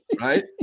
right